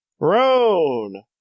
Roan